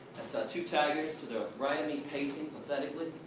saw two tigers to the right of me pacing, pathetically.